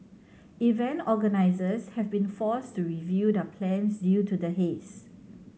event organisers have been forced to review their plans due to the haze